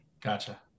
gotcha